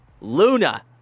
Luna